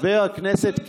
חבר הכנסת קיש,